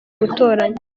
gutoranya